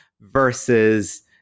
Versus